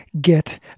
get